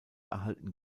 erhalten